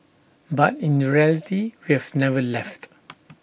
but in reality we've never left